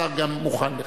השר גם מוכן לכך.